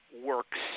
works